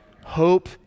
Hope